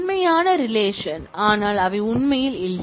உண்மையான ரிலேஷன் ஆனால் அவை உண்மையில் இல்லை